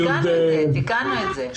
תיקנו את זה.